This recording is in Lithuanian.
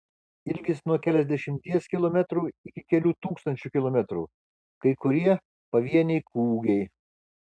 ilgis nuo keliasdešimties kilometrų iki kelių tūkstančių kilometrų kai kurie pavieniai kūgiai